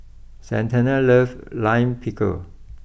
Santana loves Lime Pickle